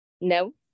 No